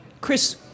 Chris